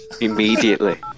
immediately